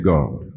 God